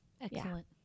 Excellent